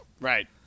Right